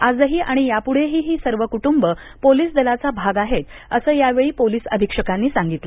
आजही आणि याप्ढेही ही सर्व कुटुंब पोलीस दलाचा भाग आहेत असं यावेळी पोलीस अधीक्षकांनी सांगितले